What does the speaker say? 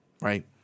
Right